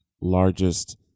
largest